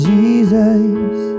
Jesus